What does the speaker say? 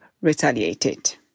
retaliated